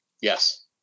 Yes